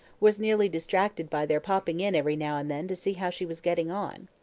was nearly distracted by their popping in every now and then to see how she was getting on.